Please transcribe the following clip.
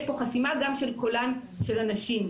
יש כאן חסימה גם של קולן של הנשים,